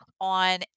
on